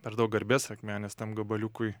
per daug garbės akmenės tam gabaliukui